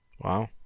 Wow